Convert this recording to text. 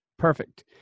Perfect